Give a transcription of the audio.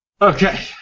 Okay